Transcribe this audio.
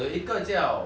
super court